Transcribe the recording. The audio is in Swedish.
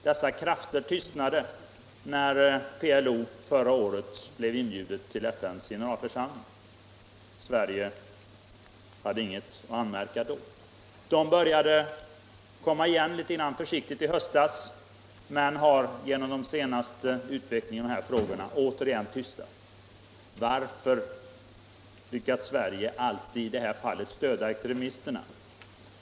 Dessa krafter tystnade när PLO förra året inbjöds till FN:s generalförsamling och Sverige hade inget att anmärka då. De började komma igen litet försiktigt i höstas men har genom den senaste utvecklingen i de här frågorna återigen tystats. Varför lyckas Sverige alltid i det här fallet stödja extremisterna?